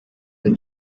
the